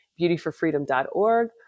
beautyforfreedom.org